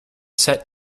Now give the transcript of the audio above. set